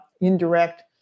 indirect